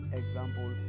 example